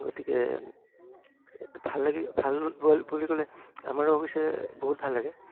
গতিকে ভাল লাগে ভাল বুলি ক'লে আমাৰো অৱশ্যে বহুত ভাল লাগে